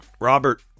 Robert